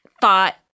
thought